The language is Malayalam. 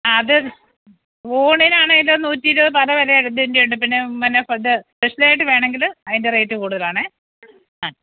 ആ അത് ഊണിനാണേലും നൂറ്റി ഇരുപത് പല വിലെടേൻറ്റെം ഉണ്ട് പിന്നെ പിന്നെ ഇത് സ്പെഷ്യലായിട്ട് വേണമെങ്കിൽ അതിന്റെ റേറ്റ് കൂടുതലാണ് ആ